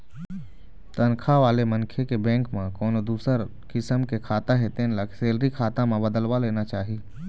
तनखा वाले मनखे के बेंक म कोनो दूसर किसम के खाता हे तेन ल सेलरी खाता म बदलवा लेना चाही